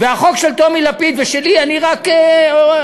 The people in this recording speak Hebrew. והחוק של טומי לפיד ושלי, אני רק אחריו,